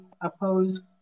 opposed